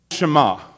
Shema